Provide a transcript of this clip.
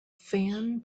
fan